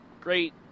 great